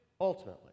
ultimately